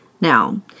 Now